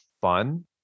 fun